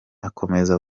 akomeza